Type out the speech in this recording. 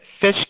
FISH